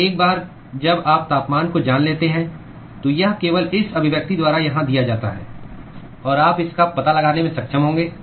तो एक बार जब आप तापमान को जान लेते हैं तो यह केवल इस अभिव्यक्ति द्वारा यहां दिया जाता है और आप इसका पता लगाने में सक्षम होंगे